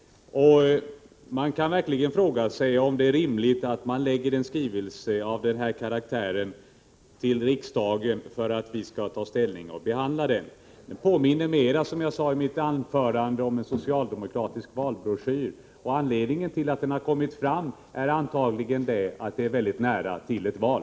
Man kan verkligen fråga sig om det är rimligt att man lägger fram en skrivelse av den här karaktären för riksdagen för att vi skall ta ställning till och behandla den. Den påminner, som jag sade i mitt anförande, om en socialdemokratisk valbroschyr. Och anledningen till att den har kommit fram är antagligen just att det är mycket nära till ett val.